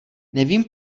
nevím